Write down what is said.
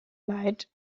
lied